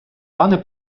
пане